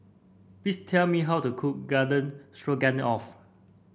please tell me how to cook Garden Stroganoff